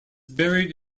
buried